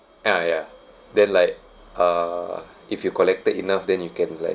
ah ya then like uh if you collected enough then you can like